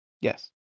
Yes